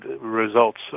results